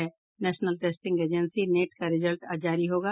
national testing agency NET का result आज जारी होगा